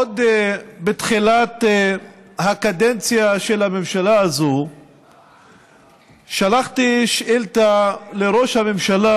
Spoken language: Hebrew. עוד בתחילת הקדנציה של הממשלה הזו שלחתי שאילתה לראש הממשלה,